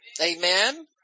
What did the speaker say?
Amen